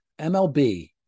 MLB